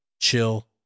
chill